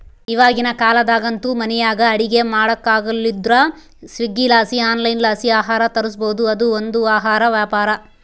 ಇವಾಗಿನ ಕಾಲದಾಗಂತೂ ಮನೆಯಾಗ ಅಡಿಗೆ ಮಾಡಕಾಗಲಿಲ್ಲುದ್ರ ಸ್ವೀಗ್ಗಿಲಾಸಿ ಆನ್ಲೈನ್ಲಾಸಿ ಆಹಾರ ತರಿಸ್ಬೋದು, ಅದು ಒಂದು ಆಹಾರ ವ್ಯಾಪಾರ